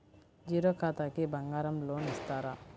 Zero ఖాతాకి బంగారం loan ఇస్తారా?